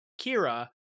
Kira